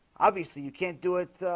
obviously you can't do it.